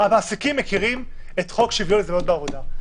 המעסיקים מכירים את חוק שוויון הזדמנויות בעבודה,